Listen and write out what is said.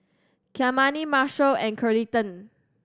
Kymani Marshal and Carleton